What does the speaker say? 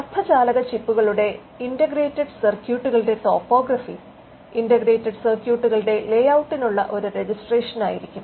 അർദ്ധചാലക ചിപ്പുകളുടെ ഇന്റഗ്രേറ്റഡ് സർക്യൂട്ടുകളുടെ ടോപ്പോഗ്രാഫി ഇന്റഗ്രേറ്റഡ് സർക്യൂട്ടുകളുടെ ലേഔട്ടിനുള്ള ഒരു രജിസ്ട്രേഷനായിരിക്കും